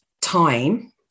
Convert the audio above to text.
time